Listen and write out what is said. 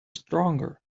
stronger